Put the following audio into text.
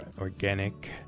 organic